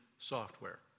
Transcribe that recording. software